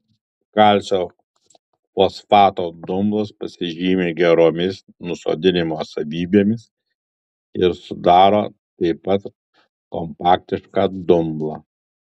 kalcio fosfato dumblas pasižymi geromis nusodinimo savybėmis ir sudaro taip pat kompaktišką dumblą